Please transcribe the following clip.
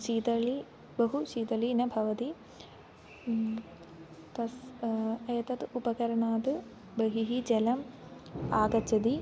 शीतळी बहु शीतळी न भवति तस्य एतत् उपकरणात् बहिः जलम् आगच्छति